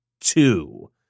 two